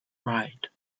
ride